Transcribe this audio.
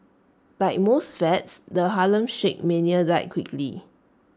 like most fads the Harlem shake mania died quickly